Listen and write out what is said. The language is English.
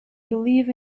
believe